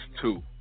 Two